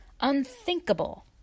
unthinkable